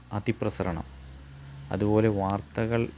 അതിപ്രസരണം അതുപോലെ വാർത്തകൾ